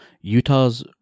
Utah's